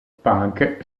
punk